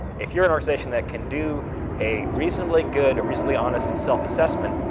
if you're an organization that can do a reasonably good, a recently honest self-assessment,